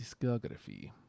discography